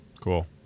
Cool